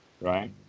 Right